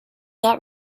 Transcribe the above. not